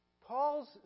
Paul's